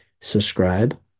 subscribe